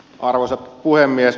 arvoisa puhemies